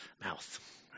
mouth